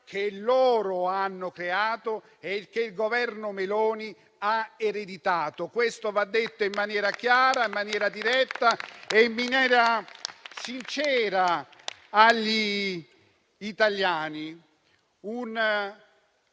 che loro hanno creato e che il Governo Meloni ha ereditato. Questo va detto in maniera chiara, diretta e sincera agli italiani.